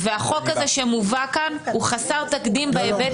והחוק הזה שמובא כאן הוא חסר תקדים בהיבט